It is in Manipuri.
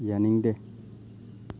ꯌꯥꯅꯤꯡꯗꯦ